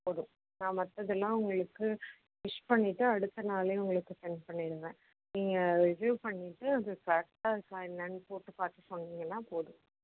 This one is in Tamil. போதும் நான் மற்றதெல்லாம் உங்களுக்கு ஸ்டிச் பண்ணிவிட்டு அடுத்த நாளே உங்களுக்கு சென்ட் பண்ணிவிடுவேன் நீங்கள் ரிஸீவ் பண்ணிவிட்டு அது கரெக்டா இருக்கா என்னென்னு போட்டு பார்த்து சொன்னிங்கன்னா போதும்